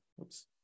Oops